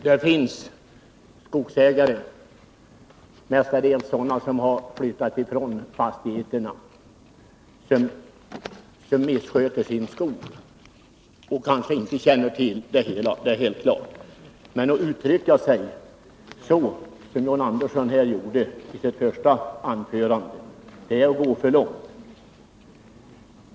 Herr talman! Det finns skogsägare, mestadels sådana som har flyttat från fastigheterna, som missköter sin skog, det är helt klart. Men att uttrycka sig så som John Andersson gjorde i sitt första anförande är att gå för långt.